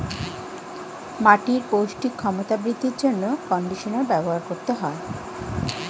মাটির পৌষ্টিক ক্ষমতা বৃদ্ধির জন্য কন্ডিশনার ব্যবহার করতে হয়